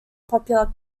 popular